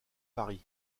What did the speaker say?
paris